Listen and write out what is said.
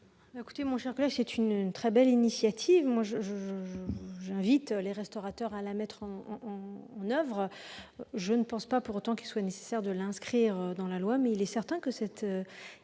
commission ? C'est une très belle initiative et j'invite les restaurateurs à la mettre en oeuvre. Je ne pense pas pour autant qu'il soit nécessaire de l'inscrire dans la loi, mais il est certain que cet